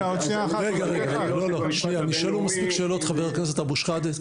רגע, נשאלו מספיק שאלות, חבר הכנסת אבו שחאדה.